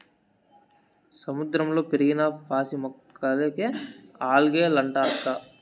సముద్రంలో పెరిగిన పాసి మొక్కలకే ఆల్గే లంటారక్కా